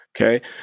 Okay